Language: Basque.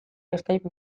skype